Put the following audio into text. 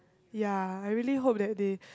ya I really hope that they